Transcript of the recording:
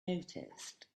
noticed